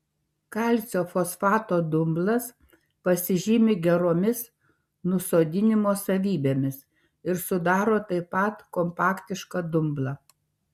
kalcio fosfato dumblas pasižymi geromis nusodinimo savybėmis ir sudaro taip pat kompaktišką dumblą